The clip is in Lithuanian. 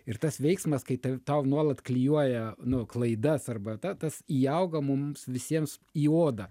ir tas veiksmas kai tau nuolat klijuoja nu klaidas arba tas įauga mums visiems į odą